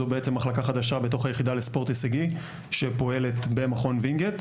זו בעצם מחלקה חדשה בתוך היחידה לספורט הישגי שפועלת במכון וינגייט.